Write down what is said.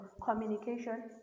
communication